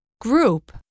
group